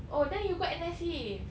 oh then you go N_S_C